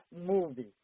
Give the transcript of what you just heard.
movie